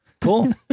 Cool